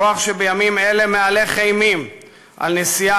כוח שבימים אלה מהלך אימים על נשיאה